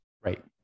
Right